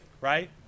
Right